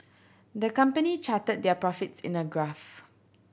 the company charted their profits in a graph